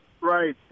Right